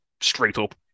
straight-up